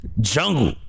Jungle